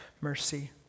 mercy